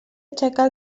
aixecar